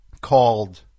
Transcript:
Called